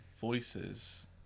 voices